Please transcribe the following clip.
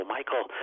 Michael